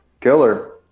killer